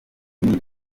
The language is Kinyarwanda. bimeze